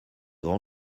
grand